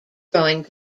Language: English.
growing